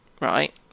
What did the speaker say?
Right